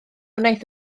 wnaeth